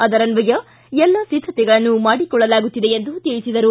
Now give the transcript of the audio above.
ಅದರನ್ವಯ ಎಲ್ಲ ಸಿದ್ದತೆಗಳನ್ನು ಮಾಡಿಕೊಳ್ಳಲಾಗುತ್ತಿದೆ ಎಂದು ತಿಳಿಸಿದರು